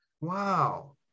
wow